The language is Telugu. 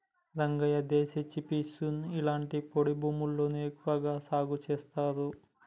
రంగయ్య దేశీ చిక్పీసుని ఇలాంటి పొడి భూముల్లోనే ఎక్కువగా సాగు చేస్తారు